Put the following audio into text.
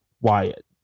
Wyatt